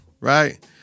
Right